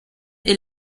est